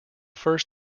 first